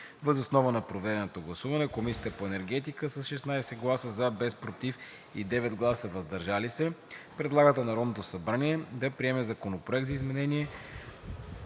Въз основа на проведеното гласуване Комисията по енергетика с 16 гласа „за“, без „против“ и 9 гласа „въздържал се“ предлага на Народното събрание да приеме Законопроект за изменение